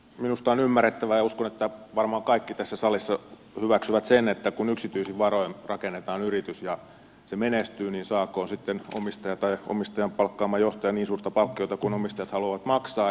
minusta on ymmärrettävää ja uskon että varmaan kaikki tässä salissa hyväksyvät sen että kun yksityisin varoin rakennetaan yritys ja se menestyy niin saakoon sitten omistaja tai omistajan palkkaama johtaja niin suurta palkkiota kuin omistajat haluavat maksaa